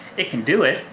it can do it,